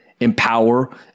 Empower